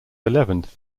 eleventh